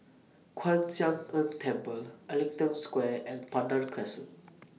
Kwan Siang Tng Temple Ellington Square and Pandan Crescent